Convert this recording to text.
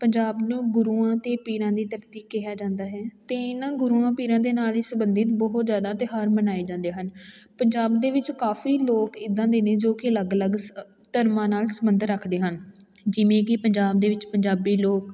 ਪੰਜਾਬ ਨੂੰ ਗੁਰੂਆਂ ਅਤੇ ਪੀਰਾਂ ਦੀ ਧਰਤੀ ਕਿਹਾ ਜਾਂਦਾ ਹੈ ਅਤੇ ਇਹਨਾਂ ਗੁਰੂਆਂ ਪੀਰਾਂ ਦੇ ਨਾਲ ਹੀ ਸੰਬੰਧਿਤ ਬਹੁਤ ਜ਼ਿਆਦਾ ਤਿਉਹਾਰ ਮਨਾਏ ਜਾਂਦੇ ਹਨ ਪੰਜਾਬ ਦੇ ਵਿੱਚ ਕਾਫੀ ਲੋਕ ਇੱਦਾਂ ਦੇ ਨੇ ਜੋ ਕਿ ਅਲੱਗ ਅਲੱਗ ਸ ਧਰਮਾਂ ਨਾਲ ਸੰਬੰਧ ਰੱਖਦੇ ਹਨ ਜਿਵੇਂ ਕਿ ਪੰਜਾਬ ਦੇ ਵਿੱਚ ਪੰਜਾਬੀ ਲੋਕ